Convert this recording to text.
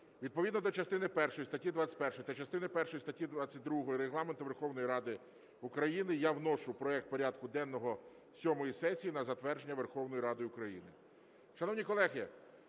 Відповідно до частини першої статті 21 та частини першої статті 22 Регламенту Верховної Ради України я вношу проект порядку денного сьомої сесії на затвердження Верховною Радою України.